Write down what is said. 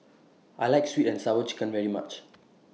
I like Sweet and Sour Chicken very much